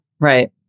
Right